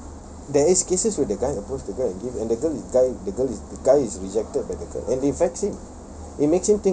but there is cases where they guy approach the girl and give and the girl the girl is the guy is rejected and it affects him